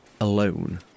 alone